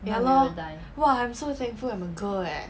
ya lor !wah! I'm so thankful I'm a girl eh